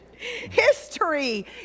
History